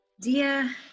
Dear